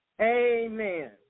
Amen